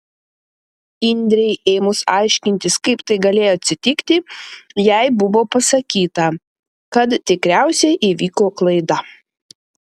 indrei ėmus aiškintis kaip tai galėjo atsitikti jai buvo pasakyta kad tikriausiai įvyko klaida